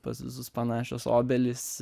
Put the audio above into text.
pas visus panašios obelys